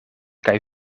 kaj